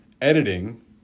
Editing